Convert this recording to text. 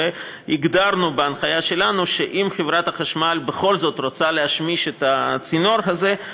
והגדרנו בהנחיה שלנו שאם חברת החשמל בכל זאת רוצה להשמיש את הצינור הזה,